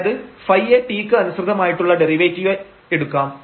അതായത് ɸ യെ t ക്ക് അനുസൃതമായിട്ടുള്ള ഡെറിവേറ്റീവായി എടുക്കാം